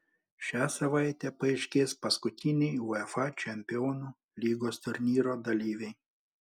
šią savaitę paaiškės paskutiniai uefa čempionų lygos turnyro dalyviai